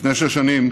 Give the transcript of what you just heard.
לפני שש שנים